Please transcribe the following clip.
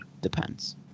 depends